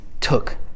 took